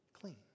clean